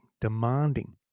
demanding